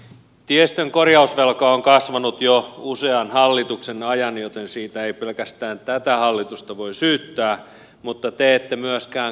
tiestön korjausvelka on kasvanut jo usean hallituksen ajan joten siitä ei pelkästään tätä hallitusta voi syyttää mutta te ette myöskään korjaa sitä